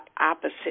opposite